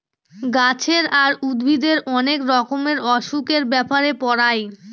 গাছের আর উদ্ভিদের অনেক রকমের অসুখের ব্যাপারে পড়ায়